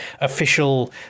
official